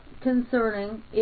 concerning